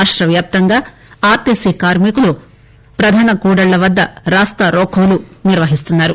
రాష్టవ్యాప్తంగా ఆర్టీసీ కార్మికులు ప్రధాన కూడళ్ల వద్ద రాస్తారోకోలు నిర్వహిస్తున్నారు